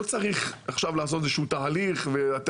לא צריך לעשות איזה שהוא תהליך ולשאול האם